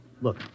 Look